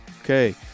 Okay